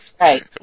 Right